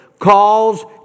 calls